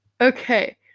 Okay